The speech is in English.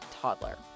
toddler